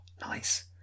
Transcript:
nice